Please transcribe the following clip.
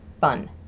fun